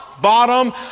bottom